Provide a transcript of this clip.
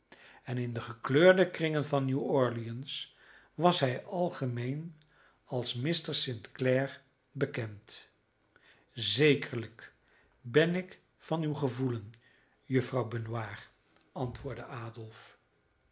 en in de gekleurde kringen van nieuw orleans was hij algemeen als mr st clare bekend zekerlijk ben ik van uw gevoelen juffrouw benoir antwoordde adolf